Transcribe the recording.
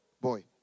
Boy